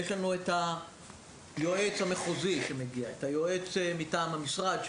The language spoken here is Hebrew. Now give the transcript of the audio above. יש לנו את היועץ המחוזי מטעם המשרד,